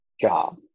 job